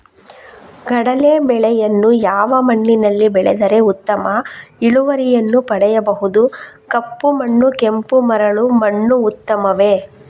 ಕಡಲೇ ಬೆಳೆಯನ್ನು ಯಾವ ಮಣ್ಣಿನಲ್ಲಿ ಬೆಳೆದರೆ ಉತ್ತಮ ಇಳುವರಿಯನ್ನು ಪಡೆಯಬಹುದು? ಕಪ್ಪು ಮಣ್ಣು ಕೆಂಪು ಮರಳು ಮಣ್ಣು ಉತ್ತಮವೇ?